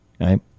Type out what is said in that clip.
right